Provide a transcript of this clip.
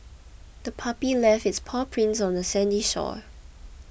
the puppy left its paw prints on the sandy shore